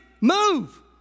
Move